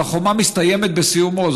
אבל החומה מסתיימת בסיומו,